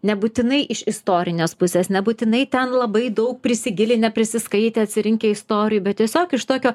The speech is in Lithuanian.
nebūtinai iš istorinės pusės nebūtinai ten labai daug prisigilinę neprisiskaitę atsirinkę istorijų bet tiesiog iš tokio